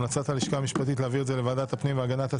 המלצת הלשכה המשפטית להעביר את זה לוועדת הפנים והגנת הסביבה.